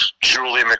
Julie